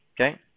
okay